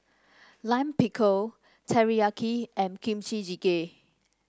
Lime Pickle Teriyaki and Kimchi Jjigae